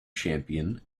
champion